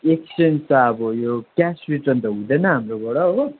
exchange त अब यो क्यास रिर्टन त हुँदैन हाम्रोबाट हो